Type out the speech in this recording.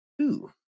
two